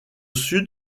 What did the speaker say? sud